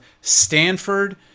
Stanford